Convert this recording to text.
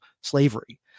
slavery